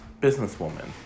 businesswoman